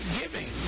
giving